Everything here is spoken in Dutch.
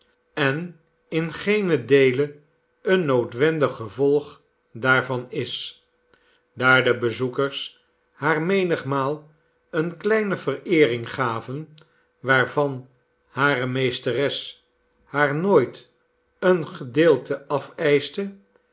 en in geenen deele een noodwendig gevolg daarvan is daar de bezoekers haar menigmaal eene kleine vereering gaven waarvan hare meesteres haar nooit een gedeelte afeischte